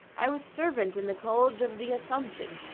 i was servant in the college of the assumption,